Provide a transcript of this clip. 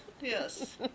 Yes